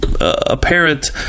apparent